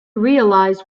realize